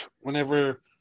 whenever